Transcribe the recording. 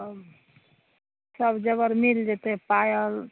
अब सब जेबर मिल जेतै पायल